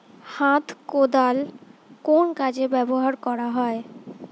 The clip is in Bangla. হাত কোদাল কোন কাজে ব্যবহার করা হয়?